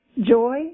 joy